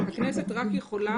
הכנסת רק יכטולה,